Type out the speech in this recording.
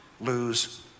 lose